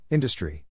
industry